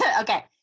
Okay